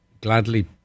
gladly